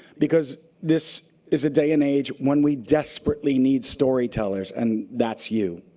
because this is a day and age when we desperately need storytellers, and that's you.